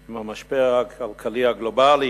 עם המשבר הכלכלי הגלובלי